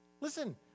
listen